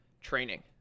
training